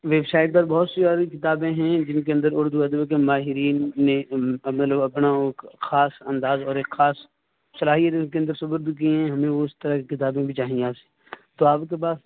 web site پر بہت سی اور بھی کتابیں ہیں جن کے اندر اردو ادب کے ماہرین نے عمل و اپنا وہ خاص انداز اور ایک خاص صلاحیت اس کے اندر سپرد کی ہیں ہمیں اس طرح کی کتابیں بھی چاہیے آپ سے تو آپ کے پاس